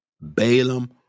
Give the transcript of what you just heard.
Balaam